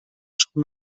schon